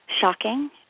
shocking